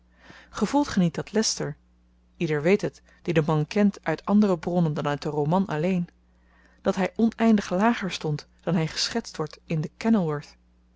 gevoelt ge niet dat lester ieder weet dit die den man kent uit andere bronnen dan uit den roman alleen dat hy oneindig lager stond dan hy geschetst wordt in den